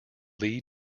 lead